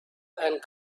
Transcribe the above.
and